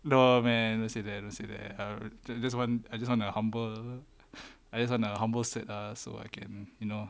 no man don't say that don't say that uh this this one I just wanna humble I just want to humble said ah so I can you know